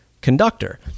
Conductor